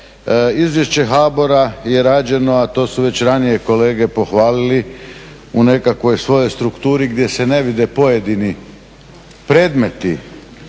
Izvješće HBOR-a je rađeno, a to su već ranije kolege pohvalili u nekakvoj svojoj strukturi gdje se ne vide pojedini predmeti